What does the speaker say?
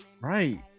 right